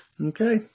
okay